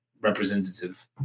representative